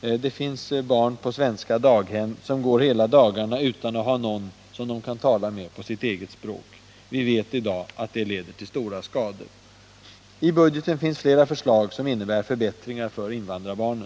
Det finns barn på svenska daghem som går hela dagarna utan att ha någon som de kan tala med på sitt eget språk. Vi vet i dag att det leder till stora skador. I budgeten finns flera förslag som innebär förbättringar för invandrarbarnen.